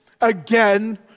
again